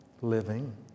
living